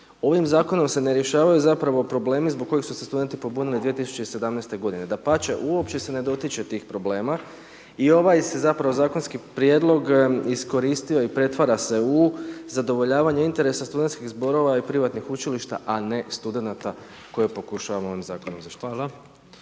ovim zakonom se ne rješavaju zapravo problemi zbog koji su se studenti pobunili 2017. g., dapače, uopće se ne dotiče tih problema i ovaj se zapravo zakonski prijedlog iskoristio i pretvara se u zadovoljavanje interesa studentskih zborova i privatnih učilišta a ne studenata koji pokušavamo ovim zakonom